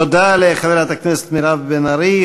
תודה לחברת הכנסת מירב בן ארי.